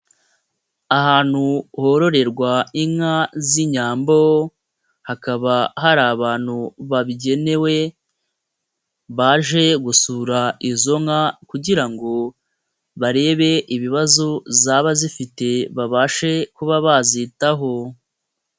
Ahantu hororerwa inka z'inyambo hakaba hari abantu babigenewe baje gusura izo nka kugira ngo barebe ibibazo zaba zifite babashe kuba bazitaho.